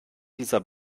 dieser